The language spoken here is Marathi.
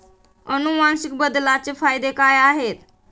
अनुवांशिक बदलाचे फायदे काय आहेत?